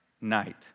night